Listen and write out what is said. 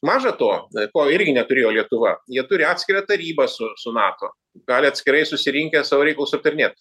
maža to ko irgi neturėjo lietuva jie turi atskirą tarybą su su nato gali atskirai susirinkę savo reikalus aptarinėt